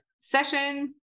session